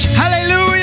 hallelujah